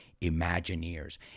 Imagineers